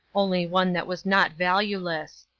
only one that was not valueless.